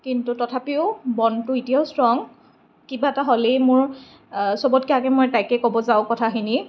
কিন্তু তথাপিও ব'ণ্ডটো এতিয়াও ষ্ট্ৰং কিবা এটা হ'লেই মোৰ চবতকৈ আগত মই তাইকে ক'ব যাওঁ কথাখিনি